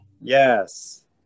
Yes